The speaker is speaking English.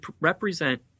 represent